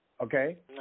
okay